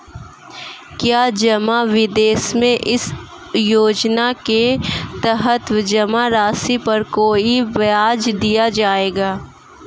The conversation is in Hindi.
क्या जमा निवेश में इस योजना के तहत जमा राशि पर कोई ब्याज दिया जाएगा?